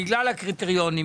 בגלל הקריטריונים,